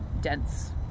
dense